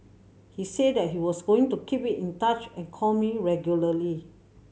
he said that he was going to keep it in touch and call me regularly